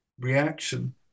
reaction